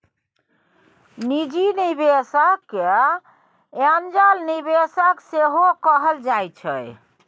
निजी निबेशक केँ एंजल निबेशक सेहो कहल जाइ छै